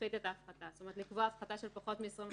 את ההפחתה, זאת אומרת, לקבוע הפחתה של פחות מ-25%,